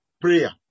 prayer